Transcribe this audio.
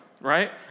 right